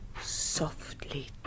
softly